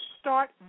start